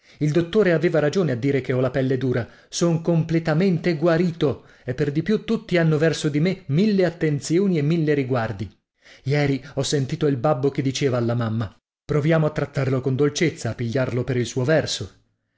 il dottore aveva ragione a dire che ho la pelle dura son completamente guarito e per di più tutti hanno verso di me mille attenzioni e mille riguardi ieri ho sentito il babbo che diceva alla mamma proviamo a trattarlo con dolcezza a pigliarlo per il suo verso